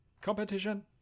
Competition